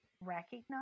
recognize